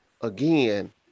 again